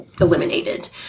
eliminated